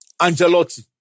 Angelotti